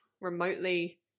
remotely